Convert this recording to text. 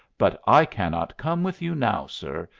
but i cannot come with you now, sir.